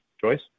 Joyce